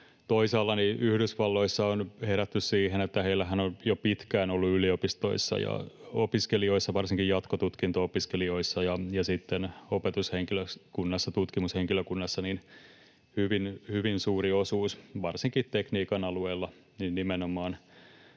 toisaalla Yhdysvalloissa on herätty siihen, että heillähän on jo pitkään ollut yliopistoissa ja opiskelijoissa — varsinkin jatkotutkinto-opiskelijoissa — ja opetushenkilökunnassa, tutkimushenkilökunnassa hyvin suuri osuus varsinkin tekniikan alueella nimenomaan